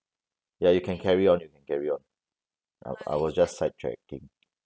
ya you can carry on you can carry on I I was just side tracking